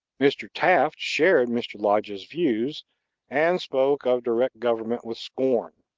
mr. taft shared mr. lodge's views and spoke of direct government with scorn.